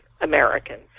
Americans